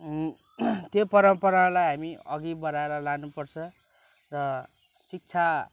त्यो परम्परालाई हामी अघि बढाएर लानुपर्छ र शिक्षा